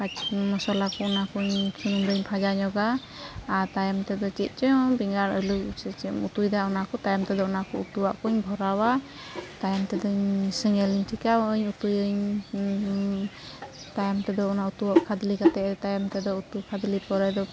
ᱢᱚᱥᱚᱞᱟᱠᱚ ᱚᱱᱟᱠᱚᱧ ᱥᱩᱱᱩᱢᱨᱮᱧ ᱵᱷᱟᱡᱟᱧᱚᱜᱼᱟ ᱟᱨ ᱛᱟᱭᱚᱢᱛᱮᱫᱚ ᱪᱮᱫᱪᱚᱝ ᱵᱮᱸᱜᱟᱲ ᱟᱹᱞᱩ ᱥᱮ ᱪᱮᱫᱮᱢ ᱩᱛᱩᱭᱮᱫᱟ ᱚᱱᱟᱠᱚ ᱛᱟᱭᱚᱢᱛᱮᱫᱚ ᱚᱱᱟᱠᱚ ᱩᱛᱩᱣᱟᱜᱠᱚᱧ ᱵᱷᱚᱨᱟᱣᱟ ᱛᱟᱭᱚᱢᱛᱮᱫᱚᱧ ᱥᱮᱸᱜᱮᱞᱤᱧ ᱴᱷᱮᱠᱟᱣᱟᱹᱜᱟᱹᱧ ᱩᱛᱩᱭᱟᱹᱧ ᱛᱟᱭᱚᱢᱛᱮᱫᱚ ᱚᱱᱟ ᱩᱛᱩᱣᱟᱜ ᱠᱷᱟᱫᱽᱞᱮ ᱠᱟᱛᱮᱫ ᱛᱟᱭᱚᱢᱛᱮᱫᱚ ᱩᱛᱩ ᱠᱷᱟᱫᱽᱞᱮ ᱯᱚᱨᱮᱫᱚ